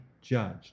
judged